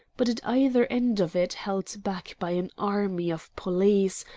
but at either end of it, held back by an army of police,